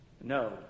No